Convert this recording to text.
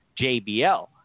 jbl